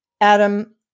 Adam